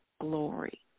glory